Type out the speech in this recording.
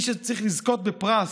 איש שצריך לזכות בפרס,